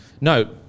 no